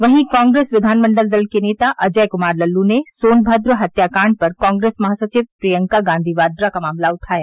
वहीं कांग्रेस विधानमंडल दल के नेता अजय कुमार लल्लू ने सोनमद्र हत्याकांड पर कांग्रेस महासचिव प्रियंका गांधी वाड्रा का मामला उठाया